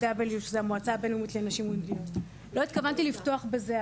לא התכוונתי לפתוח בזה,